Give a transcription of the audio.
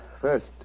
First